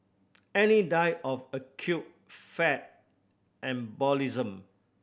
Annie died of acute fat embolism